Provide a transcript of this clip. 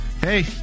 Hey